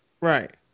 Right